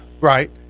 Right